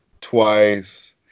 twice